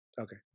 Okay